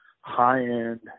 high-end